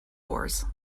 wars